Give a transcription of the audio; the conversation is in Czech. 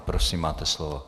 Prosím, máte slovo.